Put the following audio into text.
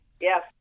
Yes